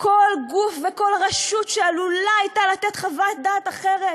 כל גוף וכל רשות שעלולה הייתה לתת חוות דעת אחרת